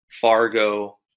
Fargo